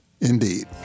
indeed